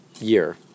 year